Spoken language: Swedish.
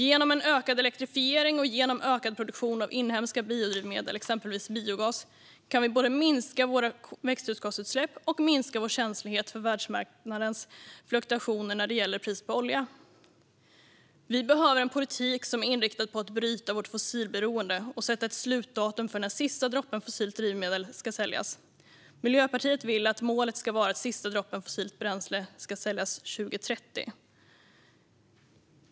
Genom en ökad elektrifiering och genom en ökad produktion av inhemska biodrivmedel, exempelvis biogas, kan vi både minska våra växthusgasutsläpp och minska vår känslighet för världsmarknadens fluktuationer när det gäller priset på olja. Vi behöver en politik som är inriktad på att bryta vårt fossilberoende och sätta ett datum för när den sista droppen fossilt drivmedel ska säljas. Miljöpartiet vill att målet ska vara att sista droppen fossilt bränsle ska säljas 2030.